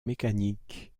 mécanique